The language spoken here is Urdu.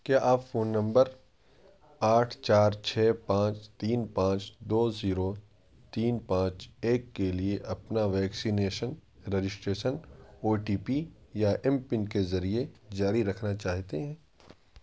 کیا آپ فون نمبر آٹھ چار چھ پانچ تین پانچ دو زیرو تین پانچ ایک کے لیے اپنا vaccination registration O T P یا ایم پن کے ذریعے جاری رکھنا چاہتے ہیں